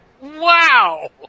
Wow